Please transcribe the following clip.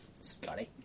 Scotty